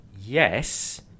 yes